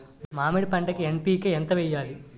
మామిడి పంటకి ఎన్.పీ.కే ఎంత వెయ్యాలి?